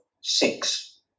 six